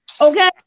Okay